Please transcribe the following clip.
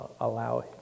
allow